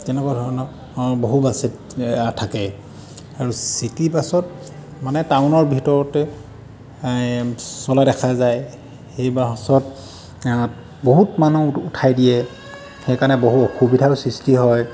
তেনেকুৱা ধৰণৰ বহু বাছেই থাকে আৰু চিটি বাছত মানে টাউনৰ ভিতৰতে চলা দেখা যায় এই বাছত বহুত মানুহ উঠাই দিয়ে সেইকাৰণে বহুত অসুবিধাও সৃষ্টি হয়